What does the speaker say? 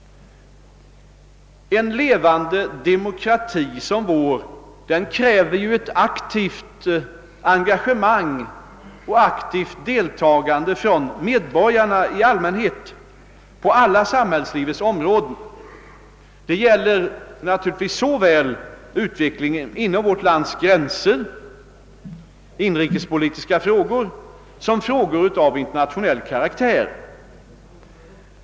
En levande demokrati som vår kräver ju ett aktivt engagemang och ett aktivt deltagande av medborgarna i allmänhet på alla samhällslivets områden. Detta gäller naturligtvis såväl utvecklingen inom vårt lands gränser, dvs. inrikespolitiska frågor, som frågor av internationell karaktär.